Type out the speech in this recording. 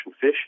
Fish